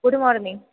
good morning